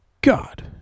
God